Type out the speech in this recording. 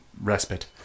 respite